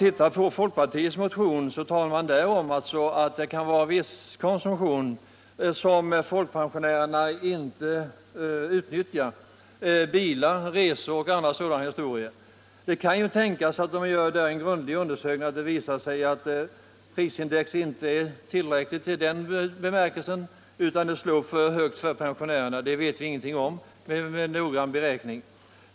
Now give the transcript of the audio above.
I folkpartiets motion talas det om en viss konsumtion som folkpensionärerna inte utnyttjar, t.ex. när det gäller bilar, resor och sådant. Om man gör en grundlig undersökning om detta kan det visa sig att detta prisindex från den synpunkten inte är tillräckligt för pensionärerna. Vi vet inte någonting om vad som kan framkomma vid en noggrann beräkning.